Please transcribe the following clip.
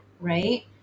right